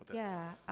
yeah.